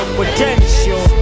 potential